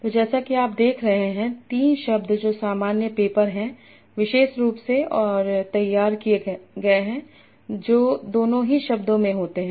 तो जैसा कि आप देख रहे हैं कि तीन शब्द जो सामान्य पेपर हैं विशेष रूप से और तैयार किए गए हैं जो दोनों ही शब्दों में होते हैं